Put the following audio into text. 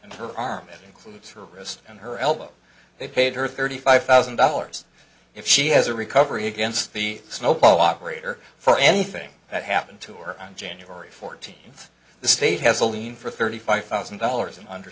and her arm includes her wrist and her elbow they paid her thirty five thousand dollars if she has a recovery against the snowball operator for anything that happened to her on january fourteenth the state has a lien for thirty five thousand dollars and under